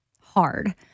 hard